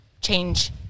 change